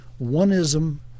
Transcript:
One-ism